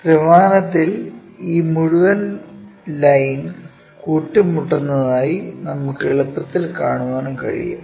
ത്രിമാനത്തിൽ ഈ മുഴുവൻ ലൈൻ കൂട്ടിമുട്ടപ്പെടുന്നതായി നമുക്ക് എളുപ്പത്തിൽ കാണാൻ കഴിയും